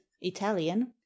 italian